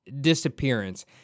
disappearance